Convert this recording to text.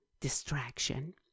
distraction